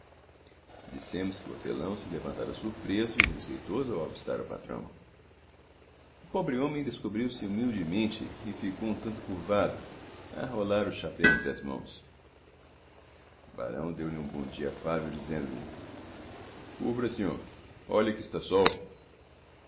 dissemos que o hortelão se levantara surpreso e respeitoso ao avistar o patrão o pobre homem descobriu-se humildemente e ficou um tanto curvado a rolar o chapéu entre as mãos o barão deu-lhe um bom-dia afável dizendo-lhe cubra se homem olhe que está sol